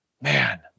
man